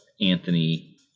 Anthony